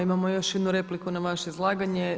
Imamo još jednu repliku na vaše izlaganje.